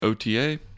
OTA